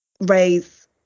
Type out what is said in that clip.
raise